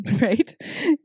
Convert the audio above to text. Right